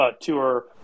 tour